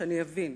שאני אבין.